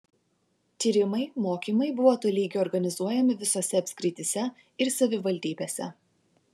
tyrimai mokymai buvo tolygiai organizuojami visose apskrityse ir savivaldybėse